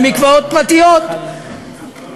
מקוואות פרטיים,